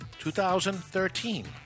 2013